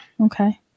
Okay